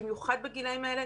במיוחד בגילאים האלה,